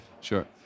Sure